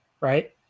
right